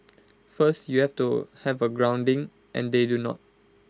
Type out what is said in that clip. first you have to have A grounding and they do not